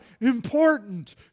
important